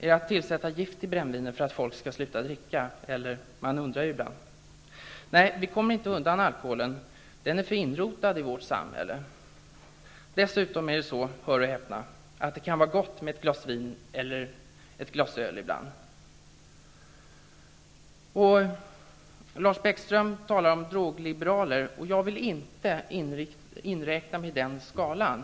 Är det att tillsätta gift i brännvinet för att människor skall sluta dricka? Man undrar ibland. Nej, vi kommer inte undan alkoholen. Den är för inrotad i vårt samhälle. Dessutom är det så, hör och häpna, att det kan vara gott med ett glas vin eller ett glas öl ibland. Lars Bäckström talar om drogliberaler. Jag vill inte inrätta mig på den skalan.